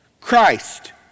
Christ